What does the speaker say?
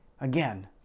again